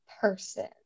person